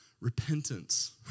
Repentance